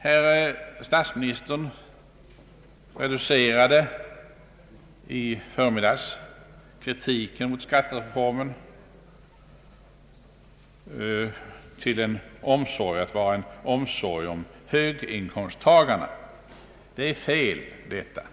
Herr statsministern reducerade i förmiddags kritiken mot skattereformen till att vara en omsorg om höginkomsttagarna. Det är fel att göra så.